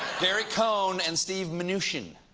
gary cohn and steve mnuchin.